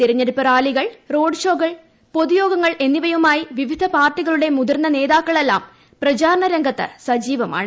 തിരഞ്ഞെടുപ്പ് റാലികൾ റോഡ് ഷോകൾ പൊതുയോഗങ്ങൾ എന്നിവയുമായി വിവിധ പാർട്ടികളുടെ മുതിർന്ന നേതാക്കളെല്ലാം പ്രചാരണരംഗത്ത് സജീവമാണ്